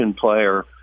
player